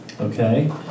Okay